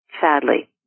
sadly